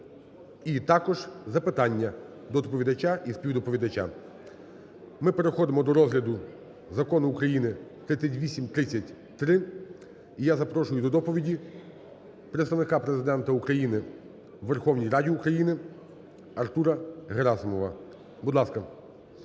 і також запитання до доповідача і співдоповідача. Ми переходимо до розгляду Закону України 3830-3, і я запрошую до доповіді представника Президента України у Верховній Раді України Артура Герасимова. Будь ласка.